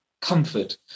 comfort